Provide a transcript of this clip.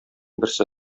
берсе